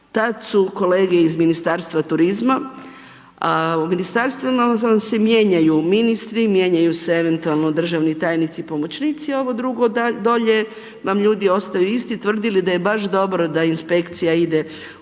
Tad su kolege iz Ministarstva turizma, a u ministarstvima vam se mijenjaju ministri, mijenjaju se eventualno državni tajnici i pomoćnici, ovo drugo dolje vam ljudi ostaju isti, tvrdili da je baš dobro da inspekcija ide u